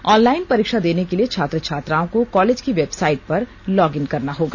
online परीक्षा देने के लिए छात्र छात्राओं को कॉलेज की वेबसाइट पर लॉगइन करना होगा